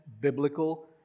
biblical